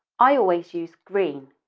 i always use green.